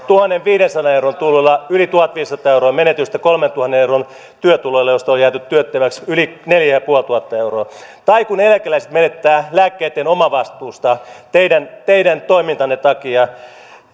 tuhannenviidensadan euron tuloilla yli tuhatviisisataa euroa menetystä kolmentuhannen euron työtuloilla työstä josta on jääty työttömäksi yli neljätuhattaviisisataa euroa menetystä ja kun eläkeläiset menettävät lääkkeitten omavastuusta teidän teidän toimintanne takia